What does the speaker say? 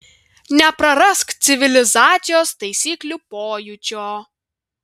neprarask civilizacijos taisyklių pojūčio